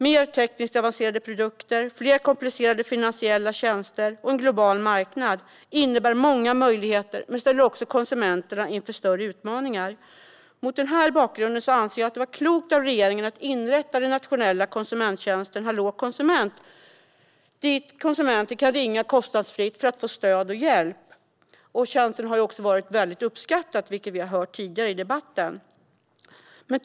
Mer tekniskt avancerade produkter, fler komplicerade finansiella tjänster och en global marknad innebär många möjligheter men ställer också konsumenterna inför större utmaningar. Mot den bakgrunden anser jag att det var klokt av regeringen att inrätta den nationella konsumenttjänsten Hallå konsument, dit konsumenter kan ringa kostnadsfritt för att få stöd och hjälp. Tjänsten har varit väldigt uppskattad, vilket vi har hört tidigare i debatten.